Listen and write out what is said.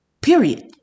Period